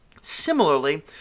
Similarly